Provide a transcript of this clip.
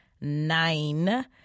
nine